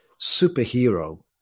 superhero